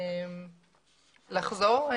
לחזור?